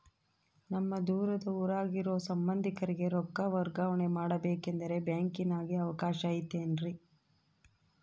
ನಮ್ಮ ದೂರದ ಊರಾಗ ಇರೋ ಸಂಬಂಧಿಕರಿಗೆ ರೊಕ್ಕ ವರ್ಗಾವಣೆ ಮಾಡಬೇಕೆಂದರೆ ಬ್ಯಾಂಕಿನಾಗೆ ಅವಕಾಶ ಐತೇನ್ರಿ?